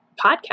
podcast